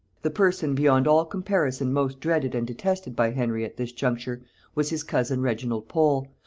the person beyond all comparison most dreaded and detested by henry at this juncture was his cousin reginald pole,